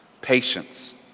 patience